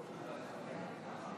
ותיכנס לספר